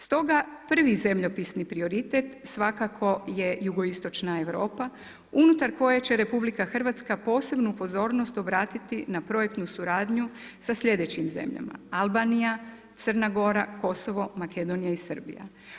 Stoga, prvi zemljopisni prioritet svakako je jugoistočna Europa, unutar koje će RH, posebnu pozornost obratiti na projektnu suradnju sa sljedećim zemljama, Albanija, Crna Gora, Kosovom, Makedonija i Srbija.